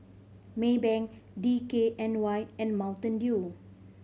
Maybank D K N Y and Mountain Dew